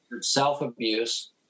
Self-abuse